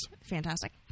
Fantastic